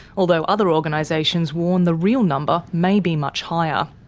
although other organisations warn the real number may be much higher.